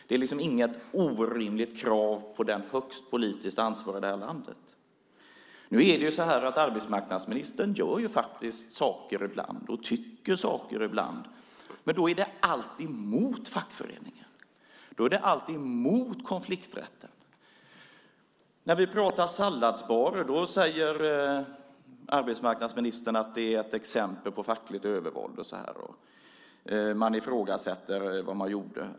Det är inget orimligt krav på den högste politiskt ansvarige i det här landet. Nu är det ju faktiskt så att arbetsmarknadsministern gör saker och tycker saker ibland. Men då är det alltid mot fackföreningarna, mot konflikträtten. När vi pratar om salladsbarer säger arbetsmarknadsministern att det är ett exempel på fackligt övervåld. Man ifrågasätter vad som gjordes.